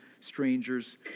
strangers